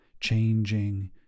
changing